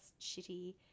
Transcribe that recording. shitty